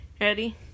Ready